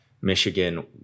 Michigan